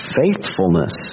Faithfulness